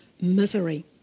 misery